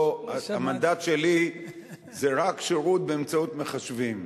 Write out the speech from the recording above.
המנדט שלי זה רק שירות באמצעות מחשבים.